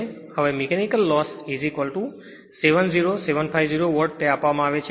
હવે mechanical loss 70 750 watt તે આપવામાં આવે છે